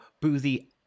boozy